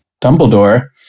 Dumbledore